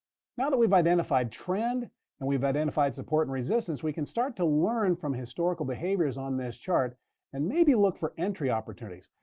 now that we've identified trend and we've identified support and resistance, we can start to learn from historical behaviors on this chart and maybe look for entry opportunities.